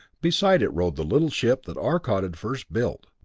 beside it rode the little ship that arcot had first built,